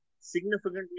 significantly